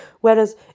whereas